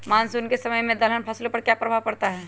Monsoon के समय में दलहन फसलो पर क्या प्रभाव पड़ता हैँ?